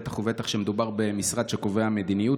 בטח ובטח כשמדובר במשרד שקובע מדיניות.